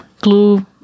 glue